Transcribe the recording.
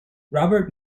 robert